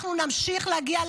אנחנו נמשיך להגיע,